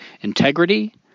integrity